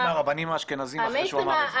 מהרבנים האשכנזים אחרי שהוא אמר את זה.